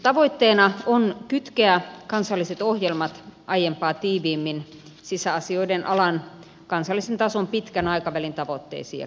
tavoitteena on kytkeä kansalliset ohjelmat aiempaa tiiviimmin sisäasioiden alan kansallisen tason pitkän aikavälin tavoitteisiin ja kehitystarpeisiin